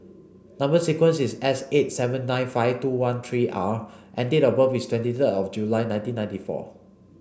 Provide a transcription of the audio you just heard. number sequence is S eight seven nine five two one three R and date of birth is twenty third July nineteen ninety four